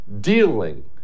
dealing